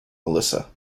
melissa